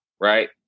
right